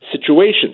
situations